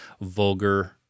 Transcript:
vulgar